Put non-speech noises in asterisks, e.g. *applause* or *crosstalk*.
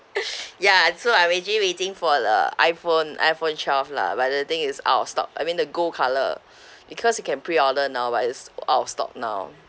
*laughs* ya so I'm actually waiting for the iphone iphone twelve lah but the thing is out of stock I mean the gold colour because you can pre-order now but is out of stock now